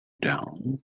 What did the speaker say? down